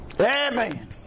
Amen